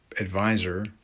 advisor